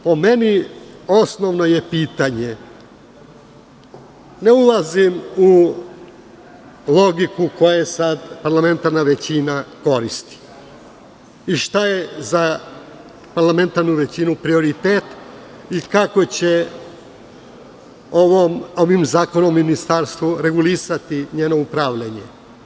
Po meni, osnovno je pitanje, ne ulazim u logiku koju sada parlamentarna većina sada koristi i šta je za parlamentarnu većinu prioritet i kako će ovim zakonom ministarstvo regulisati njeno upravljanje.